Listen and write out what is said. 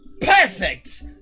PERFECT